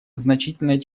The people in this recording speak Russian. значительное